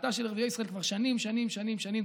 השיטה של ערביי ישראל כבר שנים שנים שנים שנים,